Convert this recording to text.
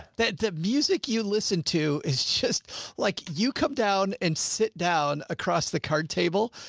that the music you listen to is just like you come down and sit down across the card table.